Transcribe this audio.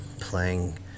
playing